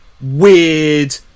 weird